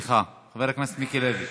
הרבה מדי גלגלים